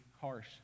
harsh